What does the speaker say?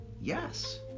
Yes